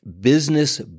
business